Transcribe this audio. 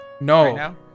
No